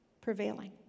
prevailing